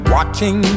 Watching